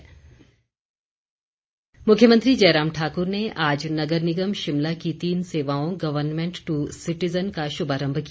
मुख्यमंत्री मुख्यमंत्री जयराम ठाक्र ने आज नगर निगम शिमला के तीन सेवाओं गर्वनमेंट ट्र सिटिजन का शुभारंभ किया